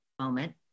moment